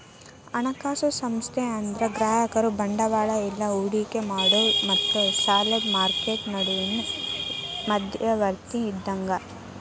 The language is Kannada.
ಹಣಕಾಸು ಸಂಸ್ಥೆ ಅಂದ್ರ ಗ್ರಾಹಕರು ಬಂಡವಾಳ ಇಲ್ಲಾ ಹೂಡಿಕಿ ಮಾಡೋರ್ ಮತ್ತ ಸಾಲದ್ ಮಾರ್ಕೆಟ್ ನಡುವಿನ್ ಮಧ್ಯವರ್ತಿ ಇದ್ದಂಗ